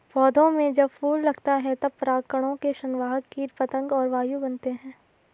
पौधों में जब फूल लगता है तब परागकणों के संवाहक कीट पतंग और वायु बनते हैं